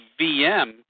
VM